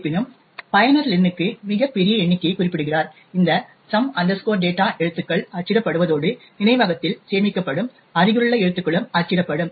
இருப்பினும் பயனர் lenக்கு மிகப் பெரிய எண்ணிக்கையைக் குறிப்பிடுகிறார் இந்த சம் டேட்டாsome data எழுத்துக்கள் அச்சிடப்படுவதோடு நினைவகத்தில் சேமிக்கப்படும் அருகிலுள்ள எழுத்துக்களும் அச்சிடப்படும்